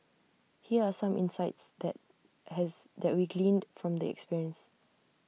here are some insights that has that we gleaned from the experience